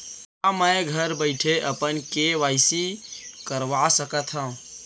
का मैं घर बइठे अपन के.वाई.सी करवा सकत हव?